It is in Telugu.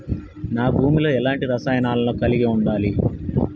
నా భూమి లో ఎలాంటి రసాయనాలను కలిగి ఉండాలి?